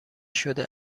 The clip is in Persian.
شده